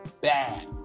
bad